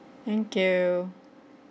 thank you